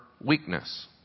weakness